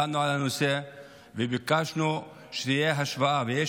דנו על הנושא וביקשנו שתהיה השוואה ויהיה